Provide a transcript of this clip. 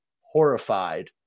horrified